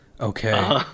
Okay